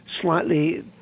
slightly